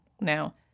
Now